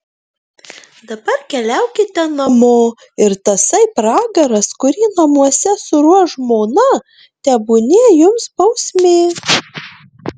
dabar keliaukite namo ir tasai pragaras kurį namuose suruoš žmona tebūnie jums bausmė